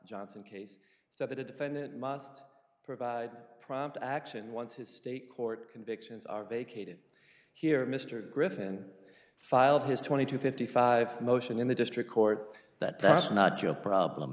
johnson case so that a defendant must provide prompt action once his state court convictions are vacated here mr griffin filed his twenty to fifty five motion in the district court that that's not your problem